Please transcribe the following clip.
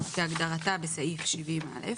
כהגדרתה בסעיף 70א,